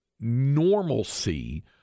normalcy